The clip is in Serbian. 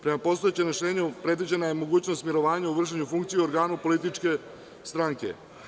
Prema postojećem rešenju, predviđena je mogućnost mirovanja u vršenju funkcije u organu političke stranke.